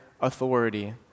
authority